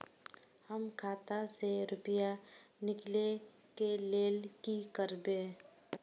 हम खाता से रुपया निकले के लेल की करबे?